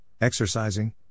exercising